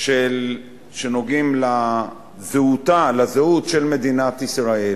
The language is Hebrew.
שנוגעים בזהות של מדינת ישראל.